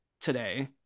today